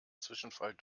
zwischenfall